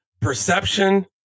perception